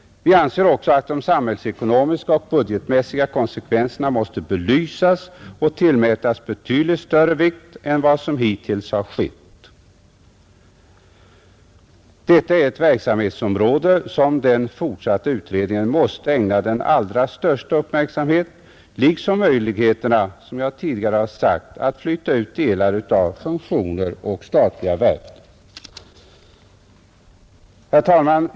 Vi anser också att de samhällsekonomiska och budgetmässiga konsekvenserna måste belysas och tillmätas betydligt större vikt än vad som hittills skett. Detta är ett verksamhetsområde som den fortsatta utredningen måste ägna den allra största uppmärksamhet liksom också möjligheterna, som jag tidigare sagt, att flytta ut delar av funktioner och statliga verk. Herr talman!